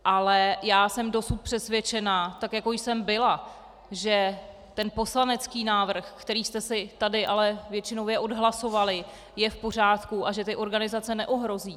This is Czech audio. Ale já jsem dosud přesvědčena, tak jako jsem byla, že poslanecký návrh, který jste si tady ale většinově odhlasovali, je v pořádku a že ty organizace neohrozí.